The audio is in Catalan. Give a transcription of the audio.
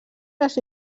les